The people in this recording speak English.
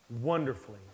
wonderfully